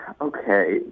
okay